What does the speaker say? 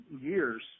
years